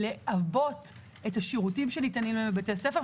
לעבות את השירותים שניתנים להם בבתי ספר,